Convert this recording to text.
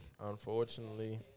unfortunately